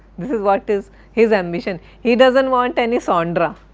this is what is his ambition. he doesn't want any sondra.